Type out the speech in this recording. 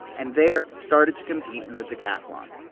and there, started to compete in the decathlon.